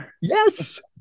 Yes